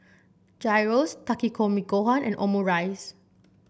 Gyros Takikomi Gohan and Omurice